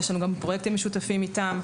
יש לנו גם פרויקטים משותפים איתם,